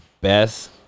Best